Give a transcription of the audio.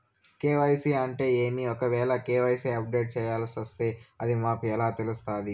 KYC అంటే ఏమి? ఒకవేల కె.వై.సి అప్డేట్ చేయాల్సొస్తే అది మాకు ఎలా తెలుస్తాది?